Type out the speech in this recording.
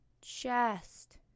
chest